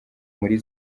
muri